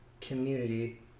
community